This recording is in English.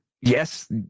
Yes